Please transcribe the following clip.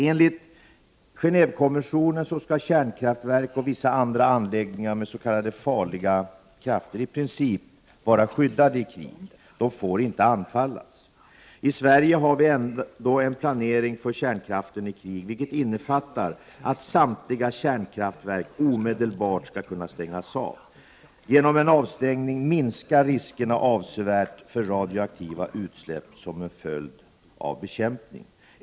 Enligt Gen&vekonventionen skall kärnkraftverken och vissa andra anläggningar med s.k. farliga krafter i princip vara skyddade i krig. De får inte anfallas. I Sverige har vi ändå en planering för kärnkraften i krig, vilken innefattar att samtliga kärnkraftverk omedelbart skall kunna stängas av. Genom en avstängning minskar riskerna för radioaktiva utsläpp avsevärt som en följd av bekämpning.